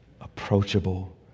approachable